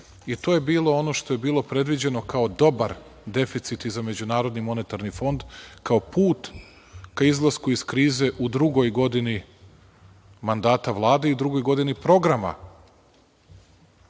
I to je bilo ono što je bilo predviđeno kao dobar deficit i za MMF, kao put ka izlasku iz krize u drugoj godini mandata Vlade i drugoj godini programa